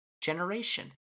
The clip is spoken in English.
generation